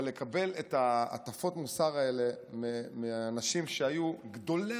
אבל לקבל את הטפות המוסר האלה מאנשים שהיו גדולי